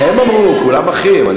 הם אמרו כולם אחים,